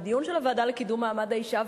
בדיון של הוועדה לקידום מעמד האשה,